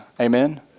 Amen